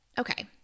okay